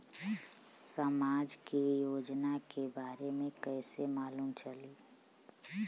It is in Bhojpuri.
समाज के योजना के बारे में कैसे मालूम चली?